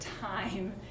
time